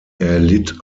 erlitt